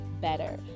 better